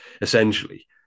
essentially